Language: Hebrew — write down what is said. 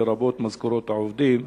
לרבות משכורות העובדים.